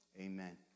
Amen